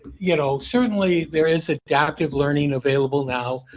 you know certainly there is adaptive learning available now.